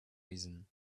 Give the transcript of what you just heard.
reason